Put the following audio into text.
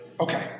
Okay